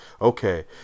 Okay